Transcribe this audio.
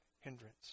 hindrance